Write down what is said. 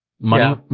Money